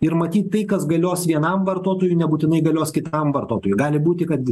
ir matyt tai kas galios vienam vartotojui nebūtinai galios kitam vartotojui gali būti kad